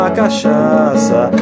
cachaça